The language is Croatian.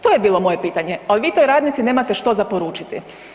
To je bilo moje pitanje, a vi toj radnici nemate što za poručiti.